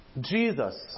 Jesus